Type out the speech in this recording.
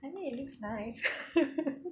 I mean it looks nice